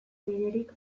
biderik